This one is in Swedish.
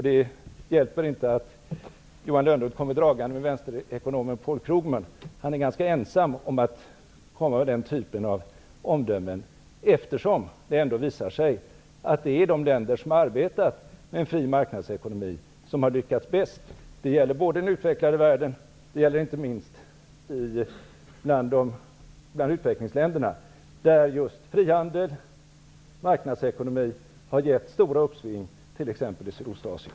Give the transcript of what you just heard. Det hjälper inte att Johan Lönnroth kommer dragande med vänsterekonomen Paul Krugman, som är ganska ensam om sina omdömen. Det visar sig ändå att det är de länder som arbetar med en fri marknadsekonomi som har lyckats bäst. Det gäller både den utvecklade världen och inte minst bland utvecklingsländerna, där just frihandel och marknadsekonomi har inneburit stora uppsving, t.ex. i Sydostasien.